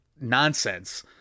nonsense